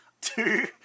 Two